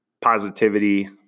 positivity